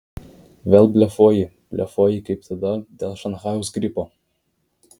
vėl blefuoji blefuoji kaip tada dėl šanchajaus gripo